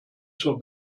zur